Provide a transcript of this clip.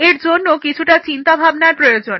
এর জন্য কিছুটা চিন্তা ভাবনার প্রয়োজন